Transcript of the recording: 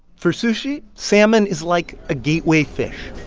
for sushi, salmon is like a gateway fish